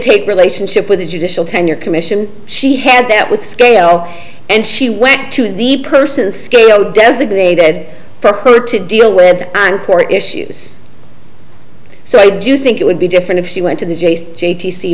take relationship with the judicial tenure commission she had that with scale and she went to the person scale designated for her to deal with on court issues so i do think it would be different if she went to th